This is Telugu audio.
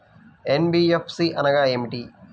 ఎన్.బీ.ఎఫ్.సి అనగా ఏమిటీ?